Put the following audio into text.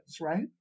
right